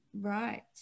Right